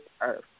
earth